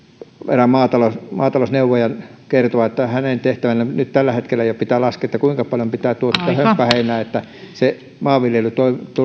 erään maatalousneuvojan kertovan että hänen pitää tehtävänään nyt tällä hetkellä jo laskea kuinka paljon pitää tuottaa hömppäheinää että se maanviljely